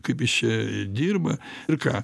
kaip jis čia dirba ir ką